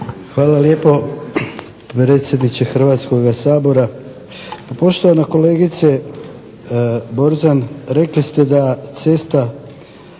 Hvala lijepo predsjedniče Hrvatskog sabora. Pa poštovana kolegice Borzan rekli ste da cesta